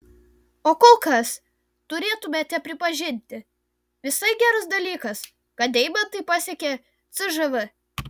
o kol kas turėtumėte pripažinti visai geras dalykas kad deimantai pasiekė cžv